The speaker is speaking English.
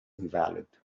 invalid